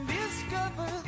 discover